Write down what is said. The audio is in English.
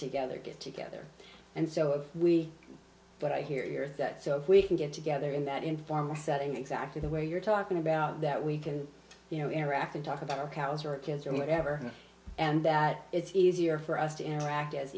together get together and so we but i hear that so we can get together in that informal setting exactly the way you're talking about that we can you know interact and talk about our cows or kids or whatever and that it's easier for us to interact as